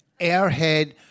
airhead